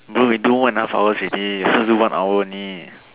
bro we do one and a half hours already supposed to do one hour only